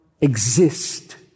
exist